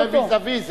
זה vis-a-vis זה,